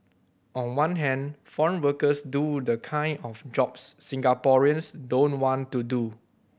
on one hand foreign workers do the kind of jobs Singaporeans don't want to do